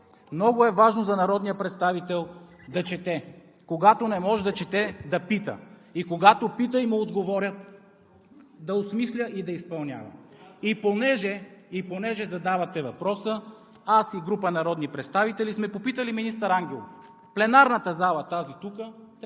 Много е важно за народния представител да чете. Когато не може да чете, да пита. И когато пита и му отговорят, да осмисля и да изпълнява. И понеже задавате въпроса, аз и група народни представители сме попитали министър Ангелов: в пленарната зала, тази тук, трябва ли да се носят